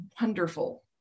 wonderful